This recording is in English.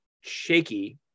shaky